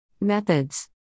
Methods